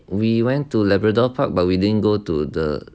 we went to labrador park but we didn't go to the